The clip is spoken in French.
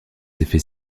effets